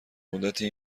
مدتی